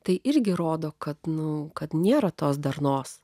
tai irgi rodo kad nu kad nėra tos darnos